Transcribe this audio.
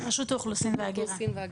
רשות האוכלוסין וההגירה.